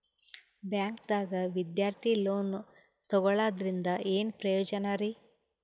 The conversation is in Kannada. ಬ್ಯಾಂಕ್ದಾಗ ವಿದ್ಯಾರ್ಥಿ ಲೋನ್ ತೊಗೊಳದ್ರಿಂದ ಏನ್ ಪ್ರಯೋಜನ ರಿ?